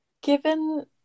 Given